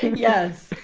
yes!